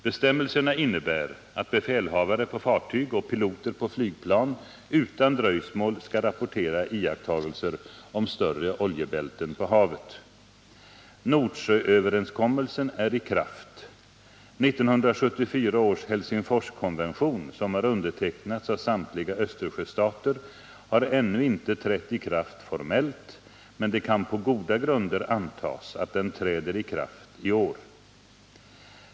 Bestämmelserna innebär att befälhavare på fartyg och piloter på flygplan utan dröjsmål skall rapportera iakttagelser om större oljebälten på havet. Nordsjööverenskommelsen är i kraft. 1974 års Helsingforskonvention, som har undertecknats av samtliga Östersjöstater, har ännu inte trätt i kraft formellt, men det kan på goda grunder antas att den träder i kraft i år.